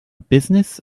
business